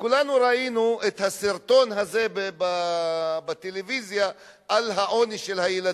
כולנו ראינו את הסרטון הזה בטלוויזיה על העוני של הילדים,